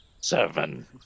seven